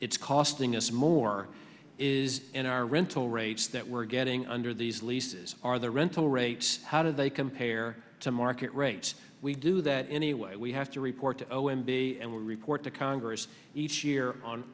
it's costing us more is in our rental rates that we're getting under these leases are the rental rates how do they compare to market rates we do that anyway we have to report to o m b and we report to congress each year on